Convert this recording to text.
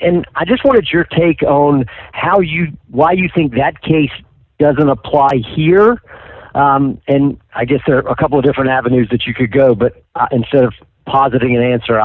and i just wanted your take own how you why you think that case doesn't apply here and i guess there are a couple different avenues that you could go but instead of positing an answer